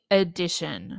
edition